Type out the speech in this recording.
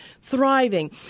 thriving